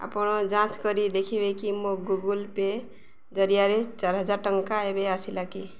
ଆପଣ ଯାଞ୍ଚ କରି ଦେଖିବେ କି ମୋ ଗୁଗୁଲ୍ ପେ ଜରିଆରେ ଚାରି ହଜାର ଟଙ୍କା ଏବେ ଆସିଲା କି